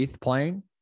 playing